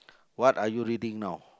what are you reading now